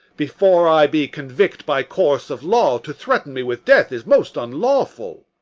before i be convict by course of law, to threaten me with death is most unlawful.